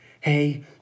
hey